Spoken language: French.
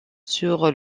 sur